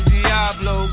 Diablo